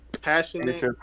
passionate